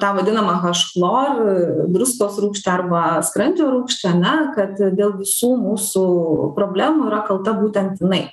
tą vadinamą haš chlor druskos rūgštį arba skrandžio rūgštį ar ne kad dėl visų mūsų problemų yra kalta būtent jinai